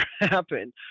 happen